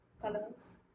colors